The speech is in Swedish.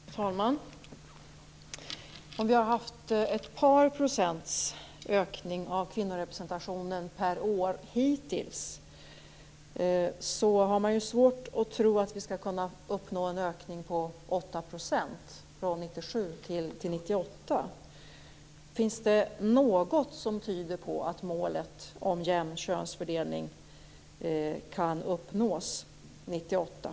Fru talman! Om vi hittills har haft ett par procents ökning av kvinnorepresentationen per år har man svårt att tro att vi skall kunna uppnå en ökning på 8 % från 1997 till 1998. Finns det något som tyder på att målet om en jämn könsfördelning kan uppnås 1998?